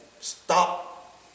Stop